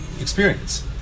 experience